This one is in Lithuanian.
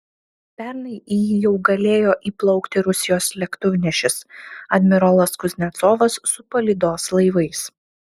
pernai į jį jau galėjo įplaukti rusijos lėktuvnešis admirolas kuznecovas su palydos laivais